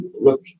look